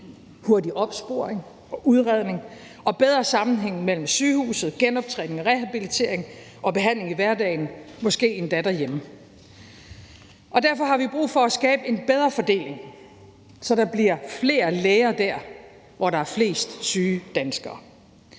hurtig opsporing, udredning, bedre sammenhæng mellem sygehuset, genoptræning, rehabilitering og behandling i hverdagen, måske endda derhjemme. Derfor har vi brug for at skabe en bedre fordeling, så der bliver flere læger der, hvor der er flest syge danskere.